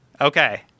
Okay